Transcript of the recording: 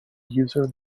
user